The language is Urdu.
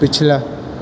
پچھلا